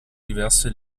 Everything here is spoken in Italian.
diverse